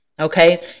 Okay